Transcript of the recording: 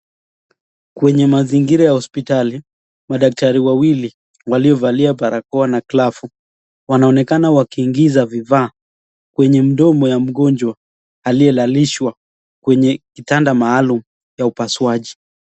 Kwenye mazingira ya hospitali madaktari wawili waliovalia barakoa na glavu wanaonekana wakiingiza vifaa kwenye mndomo ya mgonjwa aliye lalizwa Kwenye kitanda maalum ya upasuaji.